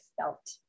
felt